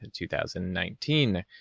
2019